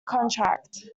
contract